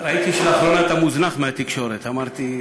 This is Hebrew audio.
ראיתי שלאחרונה אתה מוזנח בתקשורת, ואמרתי,